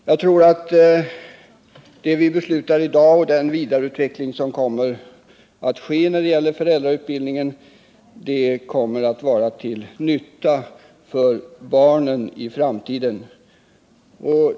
Jag tror att det vi i dag beslutar om och den vidare utveckling som kommer att ske när det gäller föräldrautbildningen blir till nytta för barnen i framtiden.